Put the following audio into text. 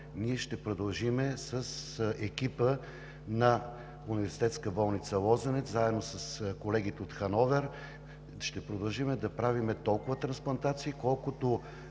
има орган, ние с екипа на Университетска болница „Лозенец“, заедно с колегите от Хановер, ще продължим да правим толкова трансплантации, колкото